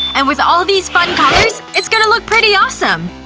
and with all these fun colors, it's gonna look pretty awesome!